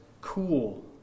cool